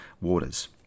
waters